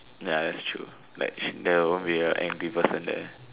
ya that's true like there won't be a angry person there